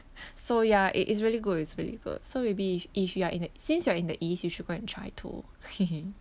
so ya it it's really good it's really good so maybe if if you're in the since you're in the east you should go and try too